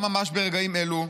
גם ממש ברגעים אלו,